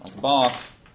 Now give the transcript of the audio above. Boss